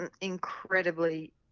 incredibly